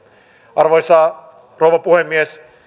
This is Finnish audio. arvoisa rouva puhemies